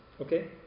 Okay